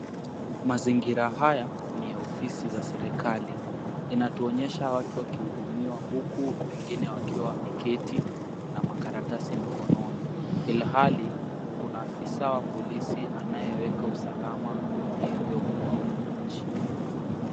Mazingira haya ni ya ofisi za serikali, inatuonyesha watu wakihudumiwa huku wengine wakiwa wameketi na makaratasi mkononi ilhali kuna afisaa wa polisi anayeweka usalama vilivyo kwa wanaanchi.